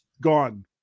gone